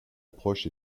approche